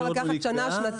יכולות לעבור שנה-שנתיים.